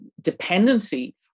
dependency